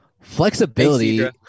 flexibility